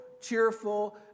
cheerful